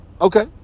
Okay